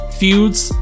feuds